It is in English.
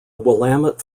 willamette